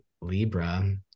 Libra